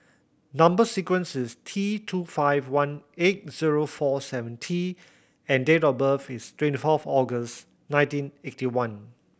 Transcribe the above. number sequence is T two five one eight zero four seven T and date of birth is twenty four for August nineteen eighty one